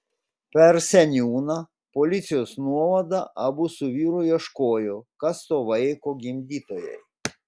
per seniūną policijos nuovadą abu su vyru ieškojo kas to vaiko gimdytojai